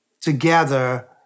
together